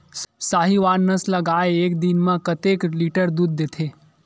साहीवल नस्ल गाय एक दिन म कतेक लीटर दूध देथे?